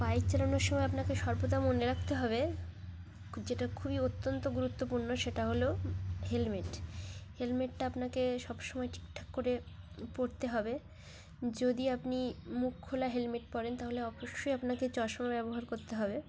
bike চালানোর সময় আপনাকে সর্বদা মনে রাখতে হবে যেটা খুবই অত্যন্ত গুরুত্বপূর্ণ সেটা হলো হেলমেট হেলমেটটা আপনাকে সবসময় ঠিকঠাক করে পরতে হবে যদি আপনি মুখ খোলা হেলমেট পরেন তাহলে অবশ্যই আপনাকে চশমা ব্যবহার করতে হবে